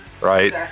right